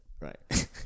Right